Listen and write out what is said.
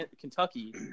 Kentucky